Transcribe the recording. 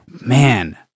man